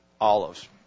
Olives